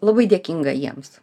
labai dėkinga jiems